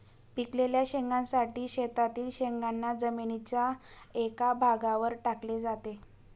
पिकलेल्या शेंगांसाठी शेतातील शेंगांना जमिनीच्या एका भागावर टाकले जाते